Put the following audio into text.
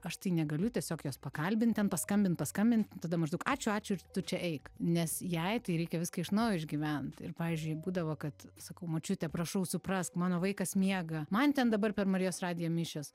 aš negaliu tiesiog jos pakalbint ten paskambint paskambint tada maždaug ačiū ačiū ir tu čia eik nes jai tai reikia viską iš naujo išgyvent ir pavyzdžiui būdavo kad sakau močiute prašau suprask mano vaikas miega man ten dabar per marijos radiją mišios